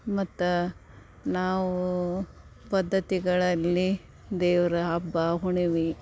ಮತ್ತು ನಾವು ಪದ್ಧತಿಗಳಲ್ಲಿ ದೇವ್ರ ಹಬ್ಬ ಹುಣ್ಣಿಮೆ